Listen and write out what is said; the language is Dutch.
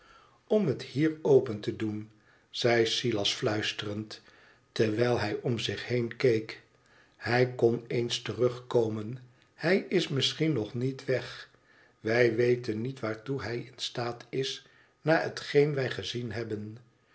om het hier open te doen zei silas fluisterend terwijl hij om zich heen keek hi kon eens terugkomen hij is misschien nog niet weg wij weten niet waartoe hij in staat is na hetgeen wij gezien hebben